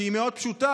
שהיא מאוד פשוטה,